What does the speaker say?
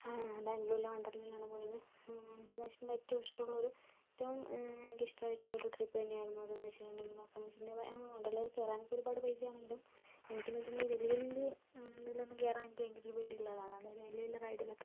ബാംഗ്ലൂരിലെ വണ്ടർലായിൽ ആണ് പോയത് എനിക്ക് എന്നു വെച്ചിട്ടുണ്ടെങ്കിൽ ഏറ്റവും ഇഷ്ടമുള്ള ഒരു ഏറ്റവും എനിക്ക് ഇഷ്ടമായിട്ടുള്ളൊരു ട്രിപ്പ് തന്നെയായിരുന്നു അത് എന്ന് വെച്ചിട്ടുണ്ടെങ്കിൽ അപ്പോഴെന്നു വെച്ചിട്ടുണ്ടെങ്കിൽ വണ്ടർലായിൽ കയറാൻ ഒക്കെ ഒരുപാട് പൈസ ആണെങ്കിലും എനിക്കെന്ന് വെച്ചിട്ടുണ്ടെങ്കിൽ വലിയ വലിയ ഇതിലൊന്നും കയറാൻ എനിക്ക് ഭയങ്കര പേടിയുള്ള ആളാണ് അതായത് വലിയ വലിയ റൈഡിനൊക്കെ